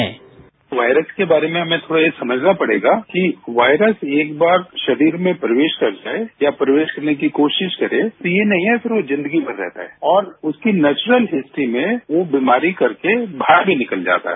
bite virus के बारे में हमें थोडा ये समझना पड़ेगा कि वायरस एक बार शरीर में प्रवेश कर जाये या प्रवेश करने की कोशिश करे तो ये नहीं है ये वो जिन्दगी भर रहता है और उसकी नेचुरल हिस्ट्री में वो बीमारी करके बाहर ही निकल जाता है